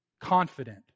Confident